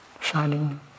Shining